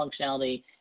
functionality